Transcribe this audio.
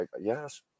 Yes